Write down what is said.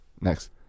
Next